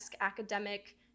academic